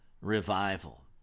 revival